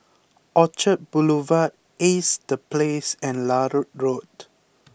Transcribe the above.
Orchard Boulevard Ace The Place and Larut Road